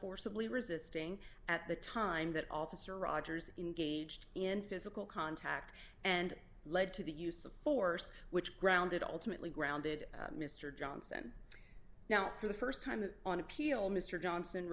forcibly resisting at the time that officer rogers engaged in physical contact and led to the use of force which grounded ultimately grounded mr johnson now for the st time on appeal mr johnson